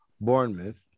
Bournemouth